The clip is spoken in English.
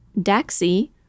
Daxi